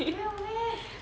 没有 meh